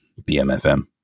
BMFM